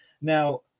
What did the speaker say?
Now